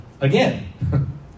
again